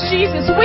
Jesus